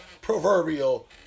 proverbial